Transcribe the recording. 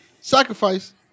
sacrifice